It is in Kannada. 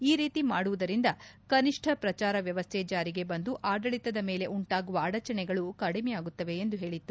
ಈ ರೀತಿ ಮಾಡುವುದರಿಂದ ಕನಿಷ್ಠ ಪ್ರಚಾರ ವ್ಯವಸ್ಥೆ ಜಾರಿಗೆ ಬಂದು ಆಡಳಿತದ ಮೇಲೆ ಉಂಟಾಗುವ ಅಡಚಣೆಗಳು ಕಡಿಮೆಯಾಗುತ್ತವೆ ಎಂದು ಹೇಳಿತ್ತು